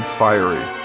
fiery